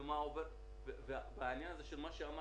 וגם בעניין מה שאמר